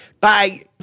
Bye